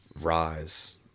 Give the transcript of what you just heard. rise